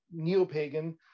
neopagan